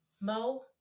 Mo